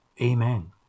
Amen